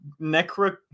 Necro-